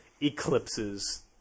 eclipses